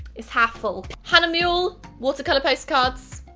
it's half full. hahnemuhle watercolor postcards,